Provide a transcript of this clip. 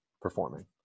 performing